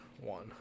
one